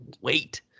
wait